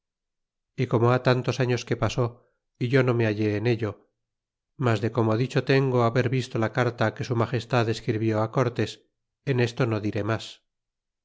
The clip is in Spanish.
y como ha tantos años que pasó y yo no me hallé en ello mas de como dicho tengo haber visto la carta que su magestad escribió cortés en esto no diré mas